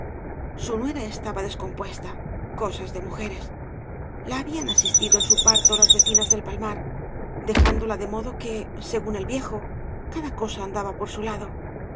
su nuera estaba descompuesta cosas de mujeres la habían asistido en su parto lae vecinas del palmar dejándola de modo que según el viejo cada cesa andaba por su lado